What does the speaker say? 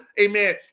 Amen